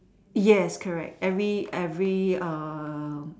yes correct every every err